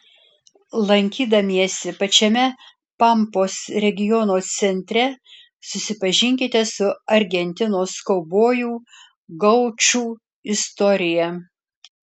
lankydamiesi pačiame pampos regiono centre susipažinkite su argentinos kaubojų gaučų istorija